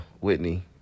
Whitney